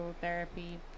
therapy